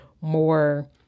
more